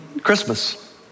Christmas